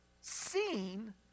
seen